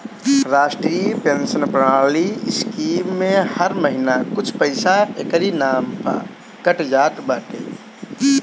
राष्ट्रीय पेंशन प्रणाली स्कीम में हर महिना कुछ पईसा एकरी नाम पअ कट जात बाटे